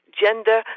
gender